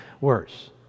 worse